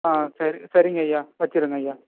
சரி சரிங்க ஐயா வைச்சுருங்க ஐயா